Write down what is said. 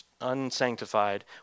unsanctified